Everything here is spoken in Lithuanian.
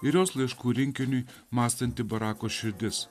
ir jos laiškų rinkiniui mąstanti barako širdis